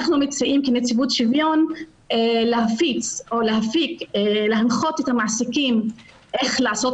אנחנו כנציבות שוויון מציעים להפיץ או להנחות את המעסיקים איך לעשות